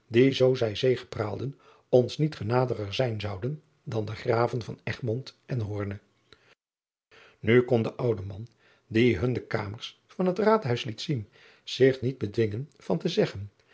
die zoo zij zegepraalden ons niet genadiger zijn zouden dan den raven en u kon de oude man die hun de kamers van het aadhuis liet zien zich niet bedwingen van te zeggen